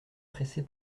pressée